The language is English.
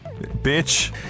Bitch